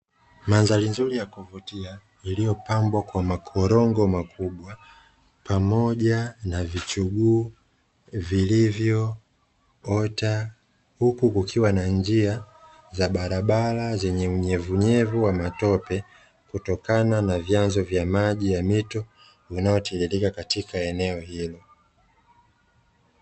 Mandhari nzuri ya kuvutia, iliyopandwa kwa makorongo makubwa pamoja na vichuguu vilivyoota, huku kukiwa na njia za barabara zenye unyevunyevu wa matope kutokana na vyanzo vya maji ya mito inayotiririka katika eneo Hilo.